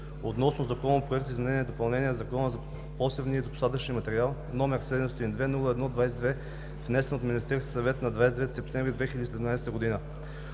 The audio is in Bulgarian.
относно Законопроект за изменение и допълнение на Закона за посевния и посадъчен материал, № 702-01-22, внесен от Министерския съвет на 29 септември 2017 г.